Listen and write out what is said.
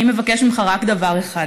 אני מבקשת ממך רק דבר אחד: